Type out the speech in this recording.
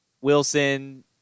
wilson